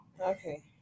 Okay